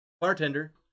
bartender